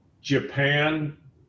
Japan